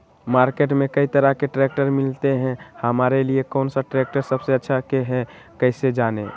Market में कई तरह के ट्रैक्टर मिलते हैं हमारे लिए कौन सा ट्रैक्टर सबसे अच्छा है कैसे जाने?